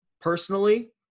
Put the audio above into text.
personally